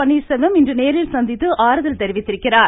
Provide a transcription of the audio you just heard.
பன்னீர்செல்வம் இன்று நேரில் சந்தித்து ஆறுதல் தெரிவித்திருக்கிறார்